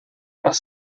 are